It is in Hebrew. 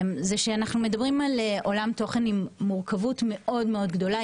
זה שאנחנו מדברים על עולם תוכן עם מורכבות מאוד-מאוד גדולה,